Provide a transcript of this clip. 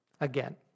again